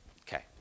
Okay